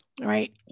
right